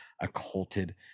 occulted